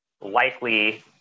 likely